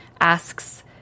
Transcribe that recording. asks